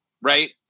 Right